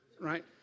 right